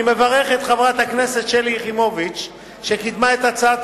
אני מברך את חברת הכנסת שלי יחימוביץ שקידמה את הצעת